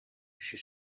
she